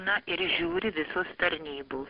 na ir žiūri visos tarnybos